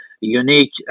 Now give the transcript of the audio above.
unique